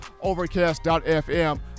Overcast.fm